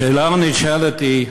השאלה הנשאלת היא,